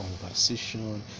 conversation